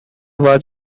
was